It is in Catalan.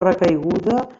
recaiguda